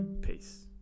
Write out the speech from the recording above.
Peace